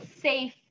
safe